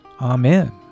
Amen